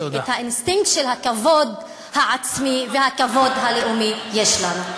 את האינסטינקט של הכבוד העצמי והכבוד הלאומי יש לנו.